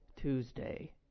Tuesday